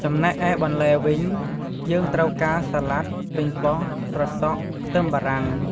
ចំណែកឯបន្លែវិញ យើងត្រូវការ សាឡាត់ ប៉េងប៉ោះ ត្រសក់ ខ្ទឹមបារាំង។